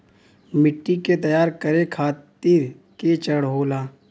मिट्टी के तैयार करें खातिर के चरण होला?